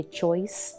choice